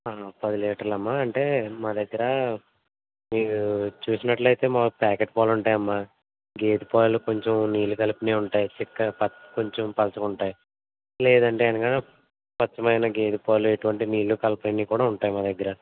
పది లీటర్లమ్మా అంటే మా దగ్గర మీరు చూసినట్లయితే మాకు ప్యాకెట్ పాలుంటాయమ్మా గేదె పాలు కొంచెం నీళ్ళు కలిపినయుంటాయి చిక్కగా ప కొంచెం పలచగా ఉంటాయి లేదంటే గనక స్వఛ్చమైన గేదె పాలు ఎటువంటి నీళ్ళు కలపనయి కూడా ఉంటాయి మా దగ్గర